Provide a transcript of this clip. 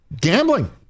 gambling